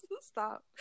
stop